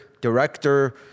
director